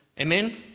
Amen